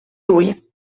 lui